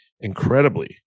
incredibly